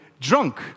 drunk